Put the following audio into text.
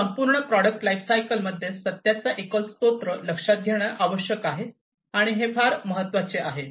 तर संपूर्ण product life cycle मध्ये सत्याचा एकल स्रोत लक्षात घेणे आवश्यक आहे आणि हे फार महत्वाचे आहे